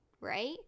right